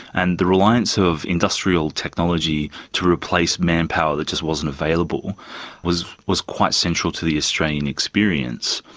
and the reliance of industrial technology to replace manpower that just wasn't available was was quite central to the australian experience.